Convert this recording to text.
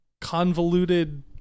convoluted